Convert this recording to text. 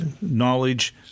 Knowledge